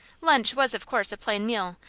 lunch was, of course, a plain meal,